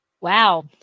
Wow